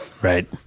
Right